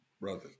brother